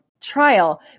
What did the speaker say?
trial